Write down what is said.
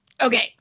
Okay